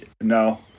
No